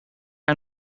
hij